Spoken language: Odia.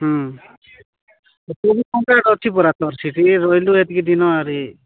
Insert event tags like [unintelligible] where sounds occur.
[unintelligible] କଣ୍ଟାକ୍ଟ ଅଛି ପରା ତୋର ସେଇଠି ରହିଲୁ ଏତିକି ଦିନ ଆହୁରି